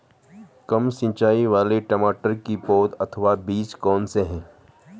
कम सिंचाई वाले टमाटर की पौध अथवा बीज कौन से हैं?